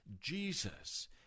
Jesus